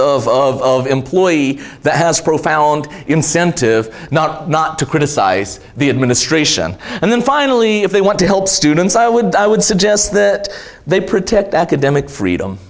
class of employee that has a profound incentive not not to criticise the administration and then finally if they want to help students i would i would suggest that they protect academic freedom